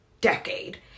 decade